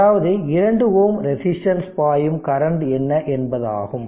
அதாவது 2 Ω ரெசிஸ்டன்ஸ்ல் பாயும் கரண்ட் என்ன என்பதாகும்